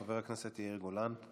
חבר הכנסת יאיר גולן.